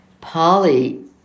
Polly